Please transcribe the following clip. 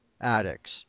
addicts